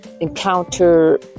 encounter